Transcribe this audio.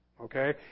Okay